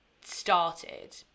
started